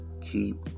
Keep